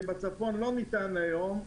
שלא ניתן היום בצפון,